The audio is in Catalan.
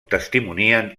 testimonien